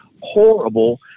horrible